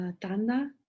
tanda